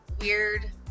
weird